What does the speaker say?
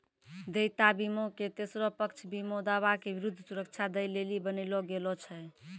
देयता बीमा के तेसरो पक्ष बीमा दावा के विरुद्ध सुरक्षा दै लेली बनैलो गेलौ छै